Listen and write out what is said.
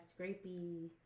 scrapey